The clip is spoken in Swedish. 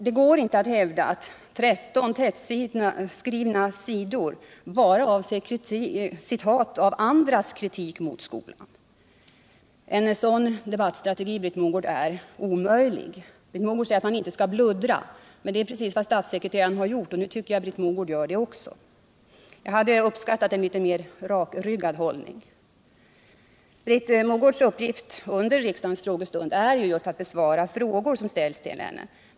Det går inte att hävda att 13 tättskrivna sidor bara är citat av andras kritik mot skolan. En sådan debattstrategi är omöjlig, Britt Mogård. Britt Mogård säger att man inte skall bluddra. Men det är precis vad statssekreteraren har gjort, och nu tycker jag Britt Mogård gör det också. Jag hade uppskattat en litet mera rakryggad hållning. Britt Mogårds uppgift under riksdagens frågestund är just att besvara frågor som ställs till henne.